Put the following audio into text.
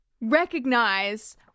recognize